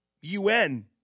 UN